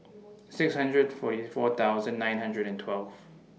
six hundred forty four thousand nine hundred and twelve